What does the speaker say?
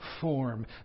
form